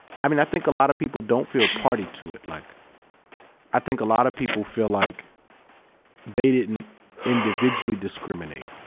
i mean, i think a lot of people don't feel party to it, like i think a lot of people feel like they didn't individually discriminate.